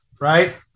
right